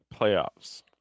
playoffs